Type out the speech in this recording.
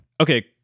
Okay